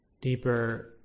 deeper